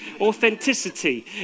Authenticity